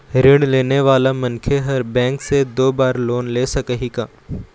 ऋण लेने वाला मनखे हर बैंक से दो बार लोन ले सकही का?